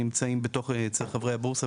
שנמצאים אצל חברי הבורסה,